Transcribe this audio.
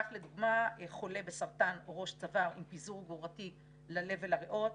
כך לדוגמה חולה בסרטן ראש צוואר עם פיזור גרורתי ללב ולריאות